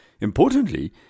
Importantly